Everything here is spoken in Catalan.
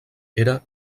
era